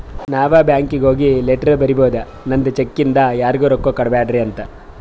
ನಾವೇ ಬ್ಯಾಂಕೀಗಿ ಹೋಗಿ ಲೆಟರ್ ಬರಿಬೋದು ನಂದ್ ಚೆಕ್ ಇಂದ ಯಾರಿಗೂ ರೊಕ್ಕಾ ಕೊಡ್ಬ್ಯಾಡ್ರಿ ಅಂತ